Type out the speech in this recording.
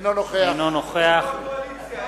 אינו נוכח איפה הקואליציה?